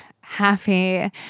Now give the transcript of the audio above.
happy